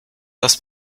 das